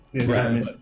Right